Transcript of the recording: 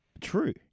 True